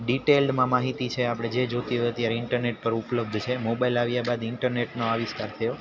ડિટેલમાં માહિતી છે આપણે જે જોતી હોય તે અત્યારે ઈન્ટરનેટ પર ઉપલબ્ધ છે મોબાઈલ આવ્યા બાદ ઈન્ટરનેટનો આવિષ્કાર થયો